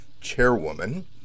chairwoman